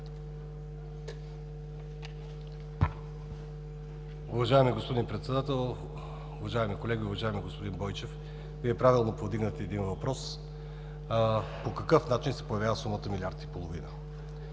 Уважаеми господин Председател, уважаеми колеги! Уважаеми господин Бойчев, Вие правилно повдигнахте един въпрос: по какъв начин се появява сумата милиард и половина?